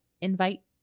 invite